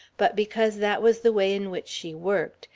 but because that was the way in which she worked,